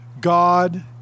God